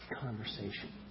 conversation